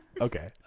okay